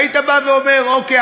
היית אומר: אוקיי,